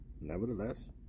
nevertheless